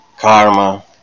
karma